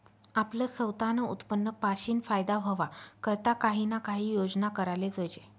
आपलं सवतानं उत्पन्न पाशीन फायदा व्हवा करता काही ना काही योजना कराले जोयजे